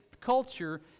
culture